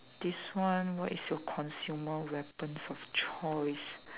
this one what is a consumable weapons of choice